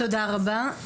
תודה רבה.